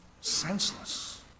senseless